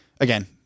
again